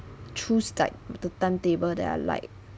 choose like the timetable that I like